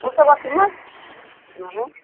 ओ सबका कीमत कितना है